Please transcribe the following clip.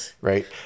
right